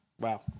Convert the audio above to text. Wow